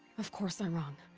of course i'm wrong.